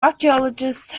archaeologists